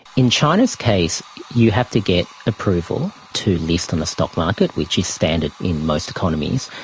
in china's case you have to get approval to list on the stock market, which is standard in most economies.